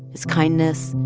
his kindness,